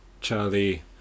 Charlie